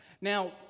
Now